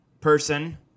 person